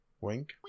Wink